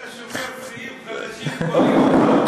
זה שהוא, שיאים חדשים כל יום.